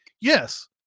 yes